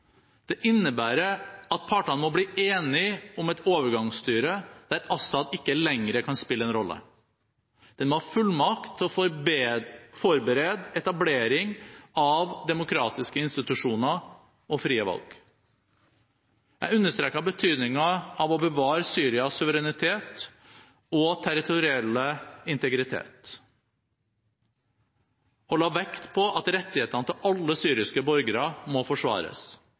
Det innebærer at partene må bli enige om et overgangsstyre, der Assad ikke lenger kan spille en rolle. Den må ha fullmakt til å forberede etablering av demokratiske institusjoner og frie valg. Jeg understreket betydning av å bevare Syrias suverenitet og territorielle integritet, og la vekt på at rettighetene til alle syriske borgere må forsvares.